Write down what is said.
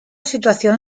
situación